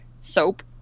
soap